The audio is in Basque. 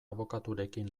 abokaturekin